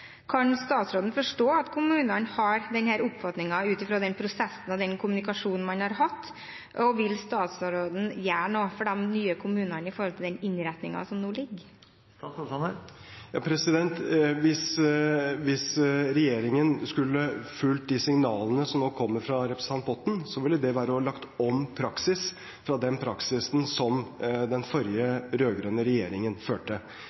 Kan statsråden forstå at kommunene har denne oppfatningen ut fra den prosessen og den kommunikasjonen man har hatt, og vil statsråden gjøre noe for de nye kommunene med hensyn til den innretningen som nå foreligger? Hvis regjeringen skulle fulgt de signalene som nå kommer fra representanten Botten, ville det vært å legge om praksis fra den praksisen som den forrige, rød-grønne, regjeringen førte.